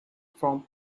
from